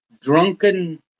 drunken